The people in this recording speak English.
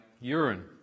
urine